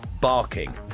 barking